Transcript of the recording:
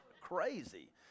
crazy